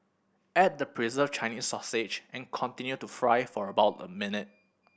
add the preserved Chinese sausage and continue to fry for about a minute